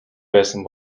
байсан